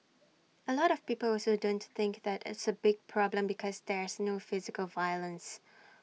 A lot of people also don't think that it's A big problem because there's no physical violence